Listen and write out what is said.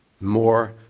more